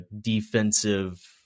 defensive